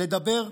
לדבר,